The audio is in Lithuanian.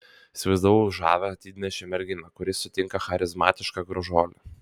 įsivaizdavau žavią didmiesčio merginą kuri sutinka charizmatišką gražuolį